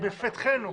זה לפתחנו.